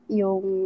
yung